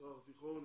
המזרח התיכון,